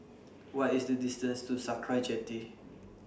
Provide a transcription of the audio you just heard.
What IS The distance to Sakra Jetty